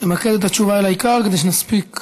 שימקד את התשובה בעיקר, כדי שנספיק.